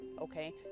okay